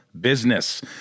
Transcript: business